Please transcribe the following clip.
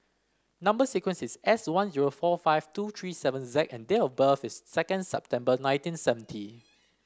number sequence is S one zero four five two three seven Z and date of birth is second September nineteen seventy